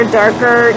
darker